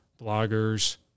bloggers